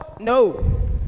No